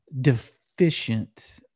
deficient